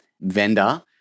vendor